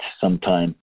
sometime